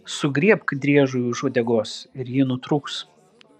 sugriebk driežui už uodegos ir ji nutrūks